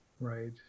right